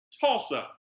Tulsa